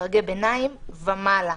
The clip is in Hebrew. דרגי ביניים ומעלה.